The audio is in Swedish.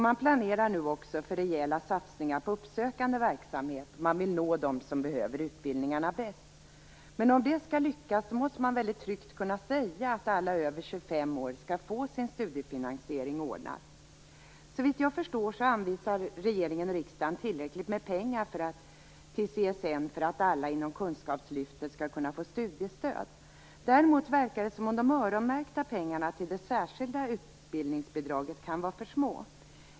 Man planerar nu också för rejäla satsningar på uppsökande verksamhet. Man vill nå dem som behöver utbildningarna bäst. Om det skall lyckas måste man väldigt tryggt kunna säga att alla över 25 år skall få sin studiefinansiering ordnad. Såvitt jag förstår anvisar regeringen och riksdagen CSN tillräckligt med pengar för att alla inom Kunskapslyftet skall kunna få studiestöd. Däremot verkar det som om de öronmärkta pengarna till det särskilda utbildningsbidraget kan vara för litet.